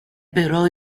però